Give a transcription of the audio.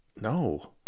No